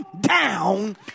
down